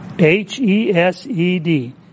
H-E-S-E-D